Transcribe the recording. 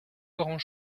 grand